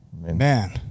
man